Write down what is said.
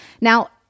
Now